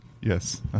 Yes